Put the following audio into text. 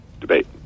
debate